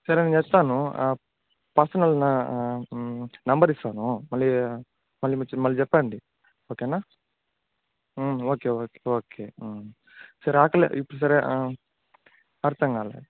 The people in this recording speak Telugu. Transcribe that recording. సరే నేను చెప్తాను పర్సనల్ నంబర్ ఇస్తాను మళ్ళీ మళ్ళీ మీ మళ్ళీ చెప్పండి ఓకే నా ఓకే ఓకే ఓకే సరే ఆకలే సరే అర్థం కాలేదు